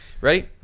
ready